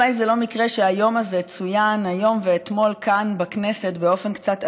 אולי זה לא מקרה שהיום הזה צוין היום ואתמול כאן בכנסת באופן קצת עגום.